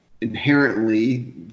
inherently